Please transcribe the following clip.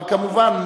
אבל כמובן,